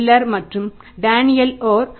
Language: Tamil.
மில்லர் மற்றும் டேனியல் ஆர்